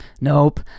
Nope